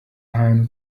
hantu